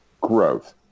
Growth